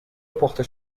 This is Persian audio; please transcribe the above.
پخته